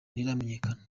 ntiramenyekana